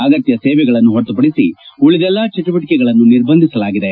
ಅಗತ್ಯ ಸೇವೆಗಳನ್ನು ಹೊರತುಪಡಿಸಿ ಉಳಿದೆಲ್ಲಾ ಚುಟುವಟಕೆಗಳನ್ನು ನಿರ್ಬಂಧಿಸಲಾಗಿದೆ